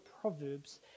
Proverbs